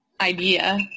idea